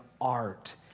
art